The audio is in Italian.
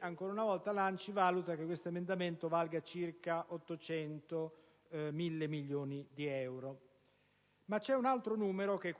Ancora una volta l'ANCI valuta che questo emendamento valga circa 800-1.000 milioni di euro. Ma c'è un altro numero che